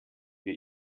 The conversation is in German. wir